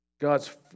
God's